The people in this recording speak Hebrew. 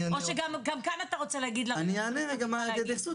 או שגם גם אתה רוצה להגיד לנו מה להגיד?